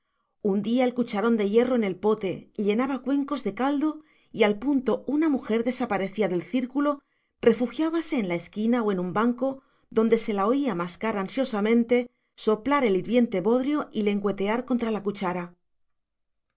adulaciones hundía el cucharón de hierro en el pote llenaba cuencos de caldo y al punto una mujer desaparecía del círculo refugiábase en la esquina o en un banco donde se la oía mascar ansiosamente soplar el hirviente bodrio y lengüetear contra la cuchara